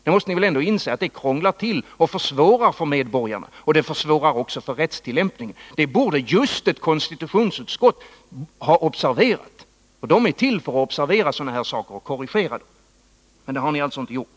Ni måste väl ändå inse att det krånglar till och försvårar det hela för medborgarna. Det försvårar också rättstillämpningen. Det borde just ett konstitutionsutskott ha observerat. Konstitutionsutskottet är ju till bl.a. för att observera sådana här saker och korrigera dem. Men det har ni alltså inte gjort.